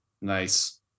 nice